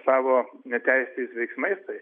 savo neteisėtais veiksmais